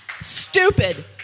Stupid